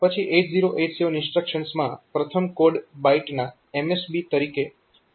પછી 8087 ઇન્સ્ટ્રક્શન્સમાં પ્રથમ કોડ બાઈટના MSB તરીકે 11011 હોય છે